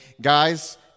Guys